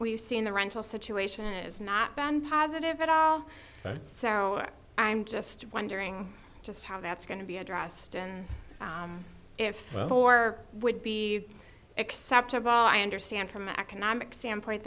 you see in the rental situation is not been positive at all that sorrow i'm just wondering just how that's going to be addressed and if or would be acceptable i understand from an economic standpoint